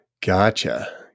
gotcha